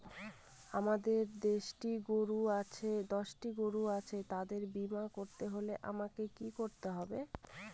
আমার দশটি গরু আছে তাদের বীমা করতে হলে আমাকে কি করতে হবে?